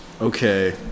Okay